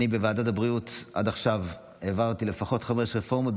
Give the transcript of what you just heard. בוועדת הבריאות עד עכשיו העברתי לפחות חמש רפורמות,